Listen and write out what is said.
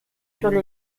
furent